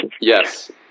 Yes